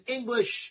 English